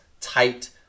tight